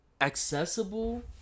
accessible